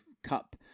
cup